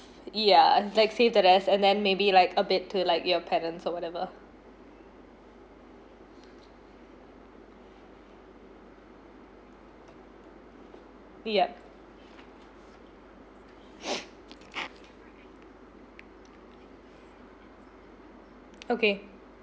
ya like save the rest and then maybe like a bit to like your parents or whatever yup okay